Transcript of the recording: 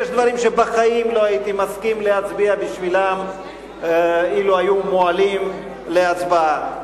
יש דברים שבחיים לא הייתי מסכים להצביע בשבילם לו הועלו להצבעה.